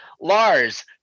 Lars